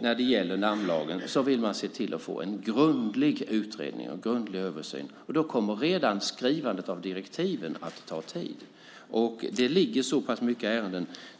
När det gäller namnlagen vill man se till att få en grundlig utredning och en grundlig översyn. Redan skrivandet av direktiven kommer att ta tid. Det ligger så pass många ärenden.